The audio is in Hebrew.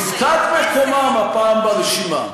נפקד מקומם הפעם ברשימה.